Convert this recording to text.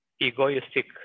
egoistic